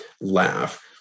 laugh